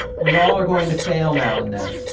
we all are going to fail now and then.